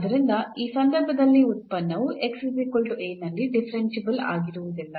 ಆದ್ದರಿಂದ ಈ ಸಂದರ್ಭದಲ್ಲಿ ಉತ್ಪನ್ನವು A ನಲ್ಲಿ ಡಿಫರೆನ್ಸಿಬಲ್ ಆಗಿರುವುದಿಲ್ಲ